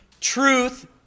truth